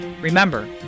Remember